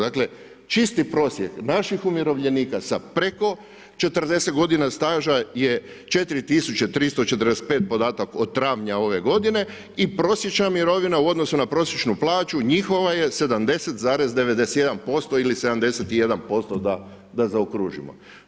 Dakle, čisti prosjek naših umirovljenika sa preko 40 godina staža je 4345, podatak od travnja ove godine i prosječna mirovina u odnosu na prosječnu plaću njihova je 70,91% ili 71% posto da zaokružimo.